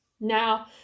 Now